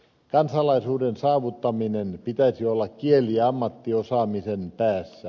kansalaisuuden saavuttamisen pitäisi olla kieli ja ammattiosaamisen päässä